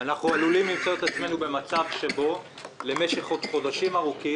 אנחנו עלולים למצוא עצמנו במצב שבו למשך חודשים ארוכים